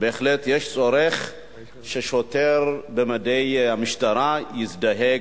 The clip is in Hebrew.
בהחלט יש צורך ששוטר במדי המשטרה יזדהה,